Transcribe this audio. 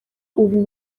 ubu